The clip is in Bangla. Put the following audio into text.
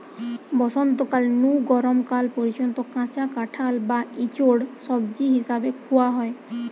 বসন্তকাল নু গরম কাল পর্যন্ত কাঁচা কাঁঠাল বা ইচোড় সবজি হিসাবে খুয়া হয়